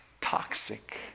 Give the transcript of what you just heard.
toxic